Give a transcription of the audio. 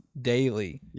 daily